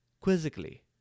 quizzically